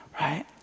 right